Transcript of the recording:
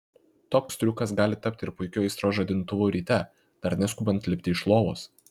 toks triukas gali tapti ir puikiu aistros žadintuvu ryte dar neskubant lipti iš lovos